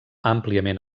àmpliament